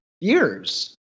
years